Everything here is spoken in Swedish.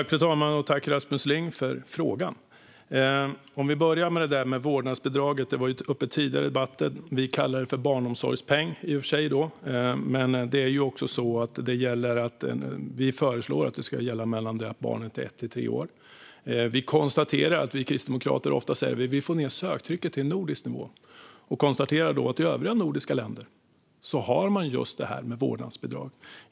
Fru talman! Tack, Rasmus Ling, för frågan! Jag börjar med vårdnadsbidraget, som har varit uppe tidigare i debatten. Vi kallar det i och för sig barnomsorgspeng, och vi föreslår att det ska gälla när barnet är mellan ett och tre år. Vi kristdemokrater säger ofta att vi vill få ned söktrycket till nordisk nivå, och vi konstaterar att i övriga nordiska länder har man just vårdnadsbidrag.